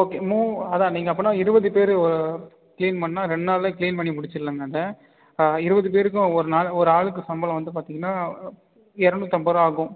okay மு அதான் நீங்கள் அப்போனா இருபது பேர் க்ளீன் பண்ணால் ரெண்டு நாள்ல க்ளீன் பண்ணி முடிச்சிருலாங்க அதை இருபது பேருக்கும் ஒரு நாள் ஒரு ஆளுக்கு சம்பளம் வந்து பார்த்திங்கனா இரநூத்தம்பதுருவா ஆகும்